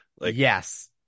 Yes